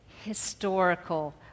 historical